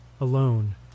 Alone